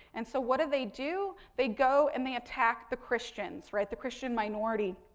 and so, what do they do? they go and they attack the christians, right, the christian minority.